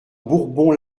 bourbon